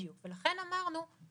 לכן אמרנו,